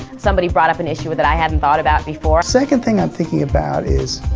somebody brought up an issue that i hadn't thought about before. second thing i'm thinking about is,